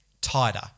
tighter